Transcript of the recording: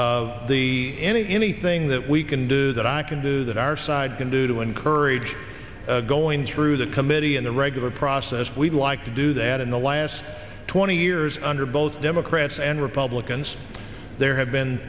supplemental the any anything that we can do that i can do that our side can do to encourage going through the committee in the regular process we'd like to do that in the last twenty years under both democrats and republicans there have been